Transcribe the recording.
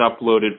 uploaded